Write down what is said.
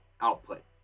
output